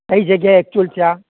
કઈ જગ્યાએ એકચ્યુલ છે આ